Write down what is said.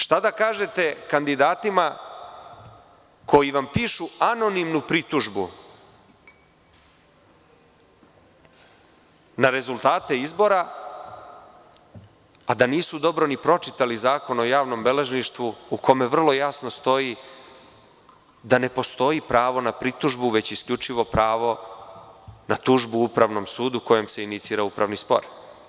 Šta da kažete kandidatima koji vam pišu anonimnu pritužbu na rezultate izbora, a da nisu dobro ni pročitali Zakon o javnom beležništvu u kome vrlo jasno stoji da ne postoji pravo na pritužbu, već isključivo pravo na tužbu Upravnom sudu kojem se inicira upravni spor?